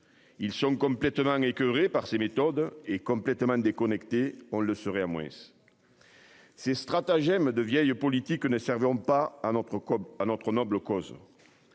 Ils sont complètement écoeurés par ces méthodes est complètement déconnectée. On le serait à moins. Ces stratagèmes de vieilles politique ne serviront pas à notre comme à